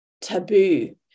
taboo